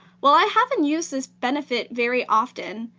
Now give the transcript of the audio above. while i haven't used this benefit very often,